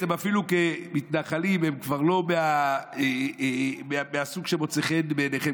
אפילו כמתנחלים הם כבר לא מהסוג שמוצא חן בעיניכם,